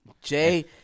Jay